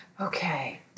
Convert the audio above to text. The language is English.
Okay